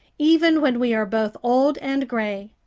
even when we are both old and gray.